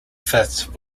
fifth